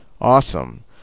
Awesome